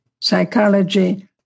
psychology